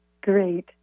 great